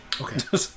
Okay